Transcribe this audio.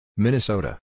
Minnesota